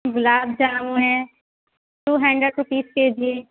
گلاب جامن ہے two hundred rupees K جی